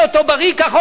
ככה אומר אולמרט,